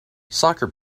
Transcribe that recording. soccer